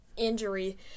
Injury